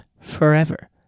forever